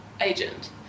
agent